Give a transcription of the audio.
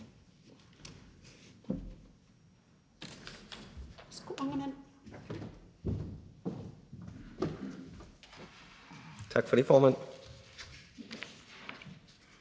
Tak for det, formand.